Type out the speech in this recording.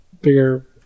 bigger